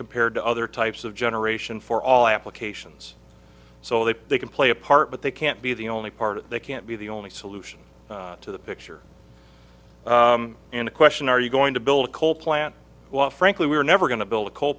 compared to other types of generation for all applications so that they can play a part but they can't be the only part they can't be the only solution to the picture in a question are you going to build a coal plant frankly we're never going to build a coal